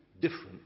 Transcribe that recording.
different